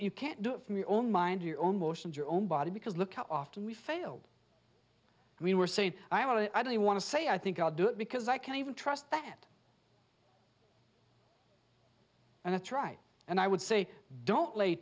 you can't do it from your own mind your own motions your own body because look how often we failed we were saying i want it i do want to say i think i'll do it because i can even trust that that's right and i would say don't la